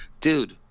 dude